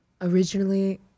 Originally